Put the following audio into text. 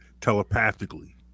telepathically